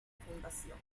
fundación